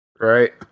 right